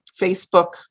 Facebook